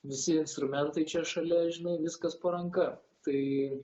visi instrumentai čia šalia žinai viskas po ranka tai